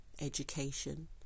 education